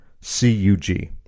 C-U-G